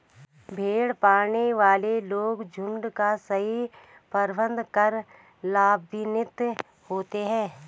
भेड़ पालने वाले लोग झुंड का सही प्रबंधन कर लाभान्वित होते हैं